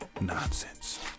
nonsense